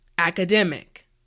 Academic